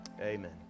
Amen